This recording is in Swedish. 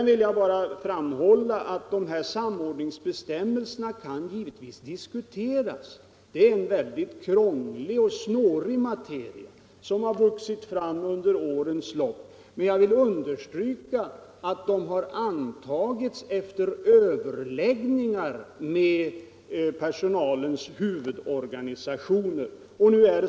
Samordningsbestämmelserna kan givetvis diskuteras. Detta är en väldigt krånglig och snårig materia, som har vuxit fram under årens lopp. Men jag vill understryka att bestämmelserna har antagits efter överläggningar med personalens huvudorganisationer.